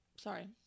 Sorry